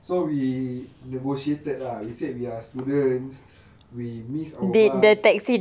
so we negotiated lah we said we are students we missed our bus